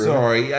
Sorry